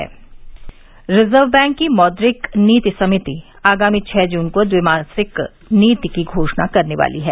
reserve bank reserve bank की मौद्रिक नीति समिति आगामी छः जून को ट्विमासिक नीति की घोषणा करने वाली है